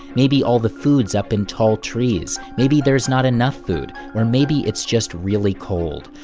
maybe all the food's up in tall trees, maybe there's not enough food, or maybe it's just really cold.